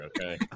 okay